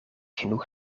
genoeg